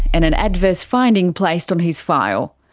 and an adverse finding placed on his file.